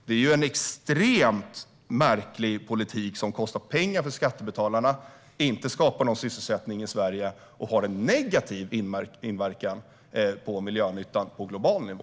Det är en extremt märklig politik som kostar pengar för skattebetalarna, inte skapar någon sysselsättning i Sverige och har en negativ inverkan på miljönyttan på global nivå.